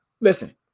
listen